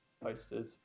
posters